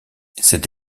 cette